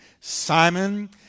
Simon